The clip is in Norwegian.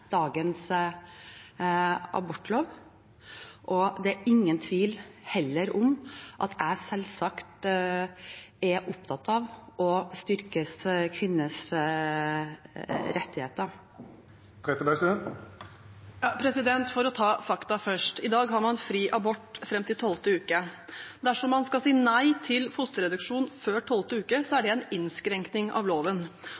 dagens abortlov. Det er heller ingen tvil om at jeg selvsagt er opptatt av å styrke kvinners rettigheter. For å ta fakta først: I dag har man fri abort fram til 12. uke. Dersom man skal si nei til fosterreduksjon før 12. uke, er